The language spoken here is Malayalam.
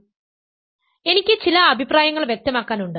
അതിനാൽ എനിക്ക് ചില അഭിപ്രായങ്ങൾ വ്യക്തമാക്കാൻ ഉണ്ട്